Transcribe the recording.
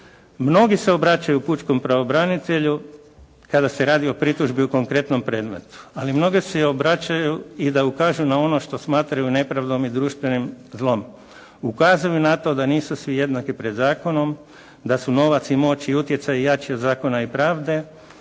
Mnogi se obraćaju pučkom pravobranitelju kada se radi o pritužbi o konkretnom predmetu. Ali mnogi se i obraćaju i da ukažu na ono što smatraju nepravdom i društvenim zlom. Ukazuju na to da nisu svi jednaki pred zakonom, da su novac i moć i utjecaj jači od zakona i pravde